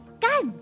guy's